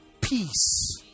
Peace